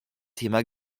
thema